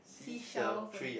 sea shells on